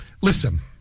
listen